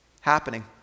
happening